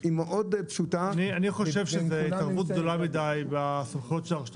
אני חושב שזו התערבות גדולה מדי --- של הרשויות